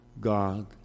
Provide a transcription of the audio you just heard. God